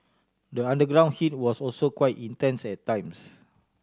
the underground heat was also quite intense at times